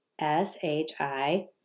S-H-I